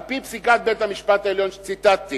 על-פי פסיקת בית-המשפט העליון שציטטתי,